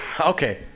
okay